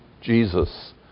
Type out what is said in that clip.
Jesus